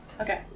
Okay